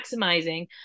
maximizing